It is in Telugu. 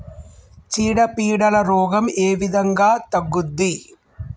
చీడ పీడల రోగం ఏ విధంగా తగ్గుద్ది?